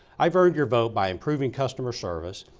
i've earned your voter by improving customer service,